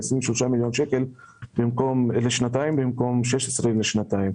על 23 מיליון שקלים לשנתיים במקום 16 מיליון שקלים לשנתיים.